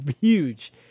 huge